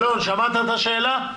אלון, שמעת את השאלה?